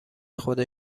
خود